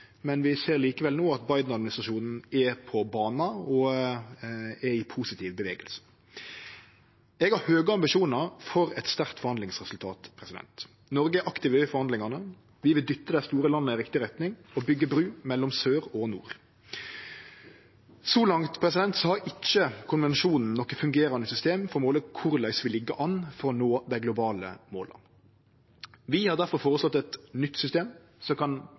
men vi ser likevel no at Biden-administrasjonen er på bana og i positiv bevegelse. Eg har høge ambisjonar for eit sterkt forhandlingsresultat. Noreg er aktive i forhandlingane. Vi vil dytte dei store landa i riktig retning og byggje bru mellom sør og nord. Så langt har ikkje konvensjonen noko fungerande system for å måle korleis vi ligg an for å nå dei globale måla. Vi har difor føreslått eit nytt system som kan